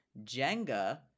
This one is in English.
Jenga